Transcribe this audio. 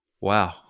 wow